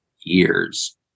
years